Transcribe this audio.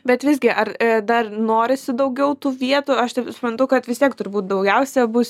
bet visgi ar dar norisi daugiau tų vietų aš taip suprantu kad vis tiek turbūt daugiausia bus